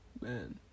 Man